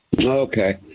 Okay